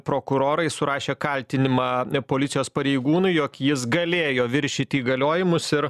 prokurorai surašė kaltinimą policijos pareigūnui jog jis galėjo viršyti įgaliojimus ir